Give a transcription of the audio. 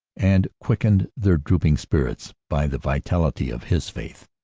and quickened their drooping spirits by the vitality of his faith.